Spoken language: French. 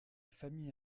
famille